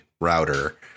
router